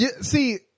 See